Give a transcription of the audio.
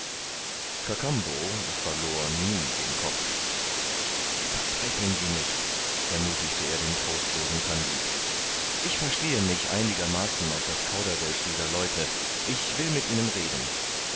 kakambo verlor nie den kopf verzweifeln sie nicht ermuthigte er den trostlosen kandid ich verstehe mich einigermaßen auf das kauderwälsch dieser leute ich will mit ihnen reden